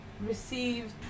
received